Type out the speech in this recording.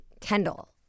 Kendall